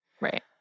Right